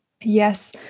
Yes